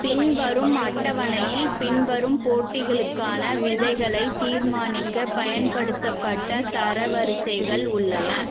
பின்வரும் அட்டவணையில் பின்வரும் போட்டிகளுக்கான விதைகளைத் தீர்மானிக்கப் பயன்படுத்தப்பட்ட தரவரிசைகள் உள்ளன